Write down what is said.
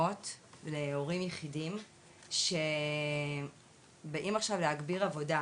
לאימהות ולהורים יחידים שבאים עכשיו להגביר עבודה,